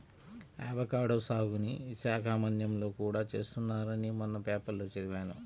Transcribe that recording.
avocado సాగుని విశాఖ మన్యంలో కూడా చేస్తున్నారని మొన్న పేపర్లో చదివాను